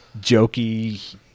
jokey